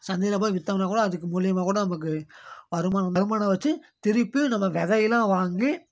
சந்தையில் போய் விற்றோம்னா கூட அதுக்கு மூலியமாக கூட நமக்கு வருமானம் வருமானம் வச்சு திருப்பியும் நம்ம விதையெல்லாம் வாங்கி